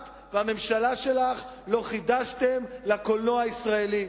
את והממשלה שלך לא חידשתם לקולנוע הישראלי.